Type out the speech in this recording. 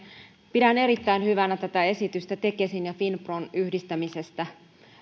pidän erittäin hyvänä tätä esitystä tekesin ja finpron yhdistämisestä